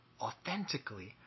authentically